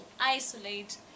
isolate